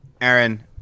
Aaron